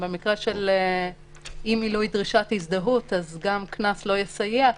במקרה של אי-מילוי דרישת הזדהות גם קנס לא יסייע,